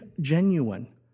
genuine